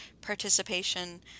participation